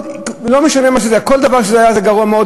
לא משנה מה שזה, כל דבר שזה היה זה גרוע מאוד.